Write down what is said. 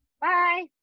Bye